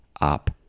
up